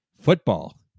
Football